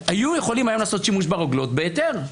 היו יכולים היום לעשות שימוש ברוגלות בהיתר.